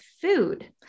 food